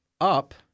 up